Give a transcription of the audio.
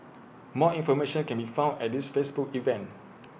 more information can be found at this Facebook event